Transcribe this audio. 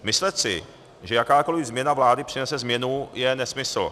Myslet si, že jakákoli změna vlády přinese změnu, je nesmysl.